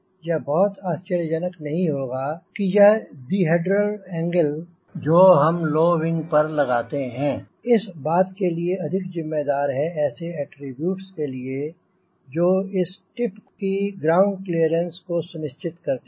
यह बहुत आश्चर्यजनक नहीं होगा कि यह दिहेड्रल एंगल जो हम लो विंग पर लगाते हैं इस बात के लिए अधिक जिम्मेदार है ऐसे अटरीब्यूट्स के लिए जो इस टिप की ग्राउंड क्लीयरेंस को सुनिश्चित करते हैं